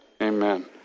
Amen